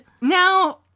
Now